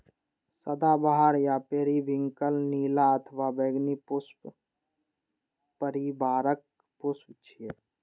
सदाबहार या पेरिविंकल नीला अथवा बैंगनी पुष्प परिवारक पुष्प छियै